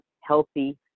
healthy